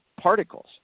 particles